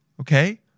Okay